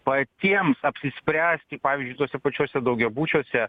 patiems apsispręsti pavyzdžiui tuose pačiuose daugiabučiuose